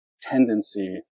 tendency